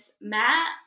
Matt